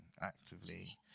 actively